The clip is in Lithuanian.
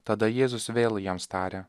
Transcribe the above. tada jėzus vėl jiems tarė